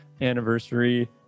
anniversary